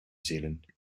zealand